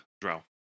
drow